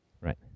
Right